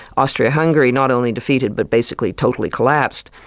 austria-hungary not only defeated, but basically totally collapsed,